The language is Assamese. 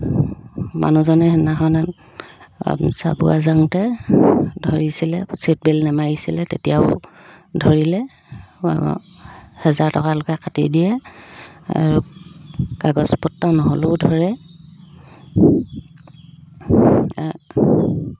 মানুহজনে সেইদিনাখনে চাবোৱা যাওঁতে ধৰিছিলে চিটবেল্ট নেমাৰিছিলে তেতিয়াও ধৰিলে হেজাৰ টকালৈকে কাটি দিয়ে আৰু কাগজপত্ৰ নহ'লেও ধৰে